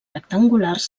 rectangulars